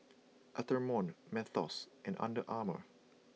Atherton Mentos and Under Armour